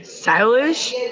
Stylish